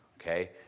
Okay